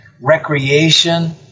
recreation